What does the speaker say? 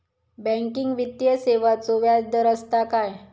Banking वित्तीय सेवाचो व्याजदर असता काय?